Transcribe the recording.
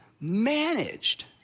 managed